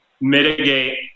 mitigate